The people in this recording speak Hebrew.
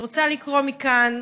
אני רוצה לקרוא מכאן